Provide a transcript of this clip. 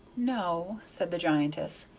no, said the giantess,